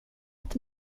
att